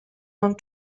non